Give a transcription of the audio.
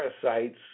parasites